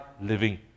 living